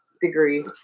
degree